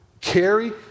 carry